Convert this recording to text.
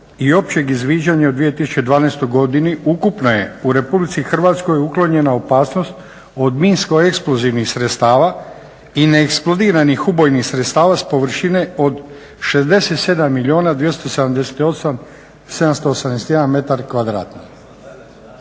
i općeg izviđanja u 2012. godini ukupno je u Republici Hrvatskoj uklonjena opasnost od minsko eksplozivnih sredstava i neeksplodiranih ubojnih sredstava s površine od 67 milijuna 278 781 m2. Poslovima